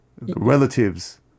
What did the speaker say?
relatives